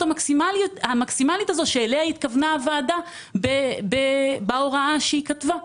המקסימלית הזו שאליה התכוונה הוועדה בהוראה שהיא כתבה.